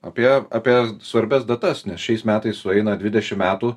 apie apie svarbias datas nes šiais metais sueina dvidešimt metų